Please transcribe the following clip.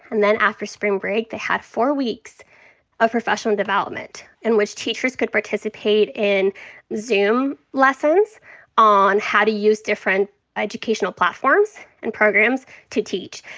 and then after spring break, they had four weeks of professional development in which teachers could participate in zoom lessons on how to use different educational platforms and programs to teach.